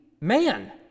man